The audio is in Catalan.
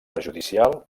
perjudicial